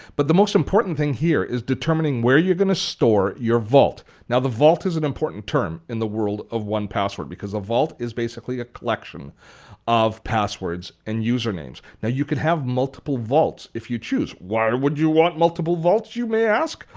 but the most important thing here is determining where you're going to store your vault. now the vault is and important term in the world of one password because the vault is basically a collection of passwords and usernames. now you can have multiple vaults if you choose. why would you want multiple vaults? you may ask.